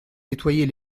nettoyer